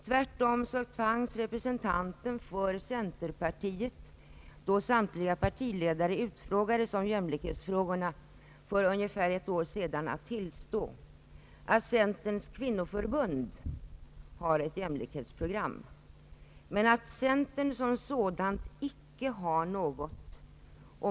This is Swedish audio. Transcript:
Tvärtom tvingades representanten för centerpartiet, då samtliga partiledare tillfrågades om jämlikhetsfrågorna för ungefär ett år sedan, tillstå att centerns kvinnoförbund har ett jämlikhetsprogram men att centern som sådan icke har något.